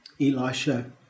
Elisha